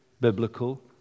biblical